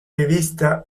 rivista